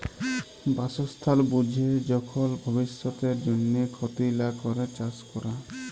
বাসস্থাল বুঝে যখল ভব্যিষতের জন্হে ক্ষতি লা ক্যরে চাস ক্যরা